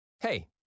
Hey